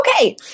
okay